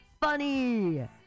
funny